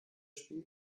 spiel